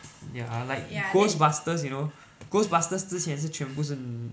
ya like ghostbusters you know ghostbusters 之前是全部是